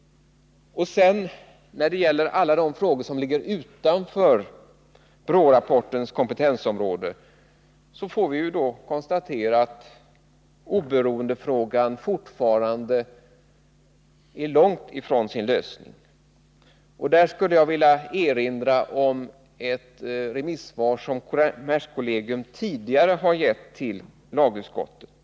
När det sedan gäller alla de frågor som ligger utanför BRÅ-rapportens kompetensområde får vi konstatera att oberoendefrågan fortfarande är långt ifrån sin lösning. Här vill jag erinra om ett remissvar som kommerskollegium tidigare har gett till lagutskottet.